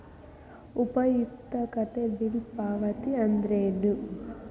ಉಪಯುಕ್ತತೆ ಬಿಲ್ ಪಾವತಿ ಅಂದ್ರೇನು?